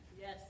Yes